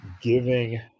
giving